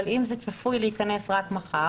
אבל אם זה צפוי להיכנס רק מחר,